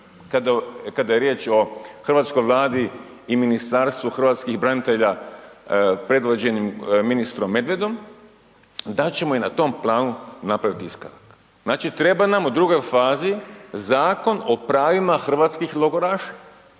kada je riječ o hrvatskoj Vladi i Ministarstvu hrvatskih branitelja predvođenim ministrom Medvedom da ćemo i na tom planu napraviti iskorak. Znači, treba nam u drugoj fazi Zakon o pravima hrvatskih logoraša